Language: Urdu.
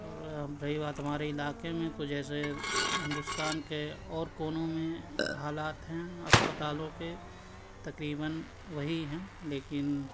اور اب رہی بات ہمارے علاقے میں تو جیسے ہندوستان کے اور کونوں میں حالات ہیں اسپتالوں کے تقریباً وہی ہیں لیکن